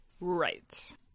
Right